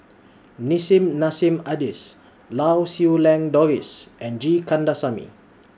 Nissim Nassim Adis Lau Siew Lang Doris and G Kandasamy